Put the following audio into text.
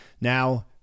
Now